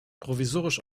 provisorisch